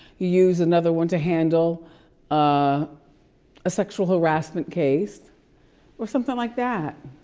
you use another one to handle a ah sexual harassment case or something like that.